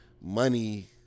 money